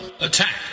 Attack